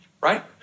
right